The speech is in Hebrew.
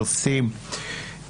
שופטים,